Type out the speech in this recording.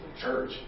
church